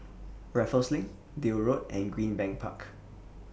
Raffles LINK Deal Road and Greenbank Park